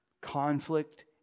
conflict